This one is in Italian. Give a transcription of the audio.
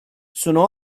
sono